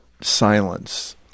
silence